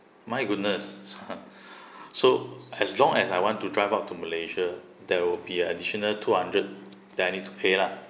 my goodness so as long as I want to drive out to malaysia there will be additional two hundred that I need to pay lah